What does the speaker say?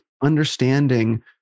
understanding